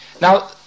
Now